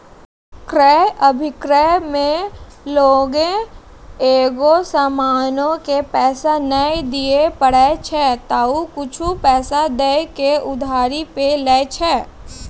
क्रय अभिक्रय मे लोगें एगो समानो के पैसा नै दिये पारै छै त उ कुछु पैसा दै के उधारी पे लै छै